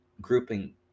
grouping